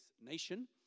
nation